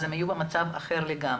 הם היו במצב אחר לגמרי.